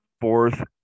fourth